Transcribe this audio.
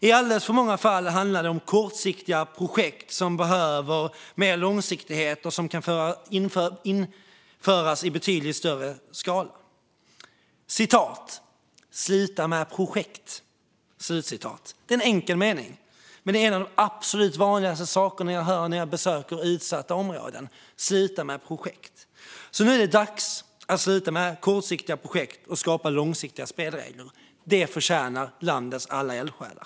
I alldeles för många fall handlar det om kortsiktiga projekt som behöver mer långsiktighet och som kan införas i betydligt större skala. Sluta med projekt! Det är en enkel mening och en av de absolut vanligaste sakerna jag hör när jag besöker utsatta områden - sluta med projekt! Nu är det alltså dags att sluta med kortsiktiga projekt och skapa långsiktiga spelregler. Det förtjänar landets alla eldsjälar.